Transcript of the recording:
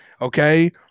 Okay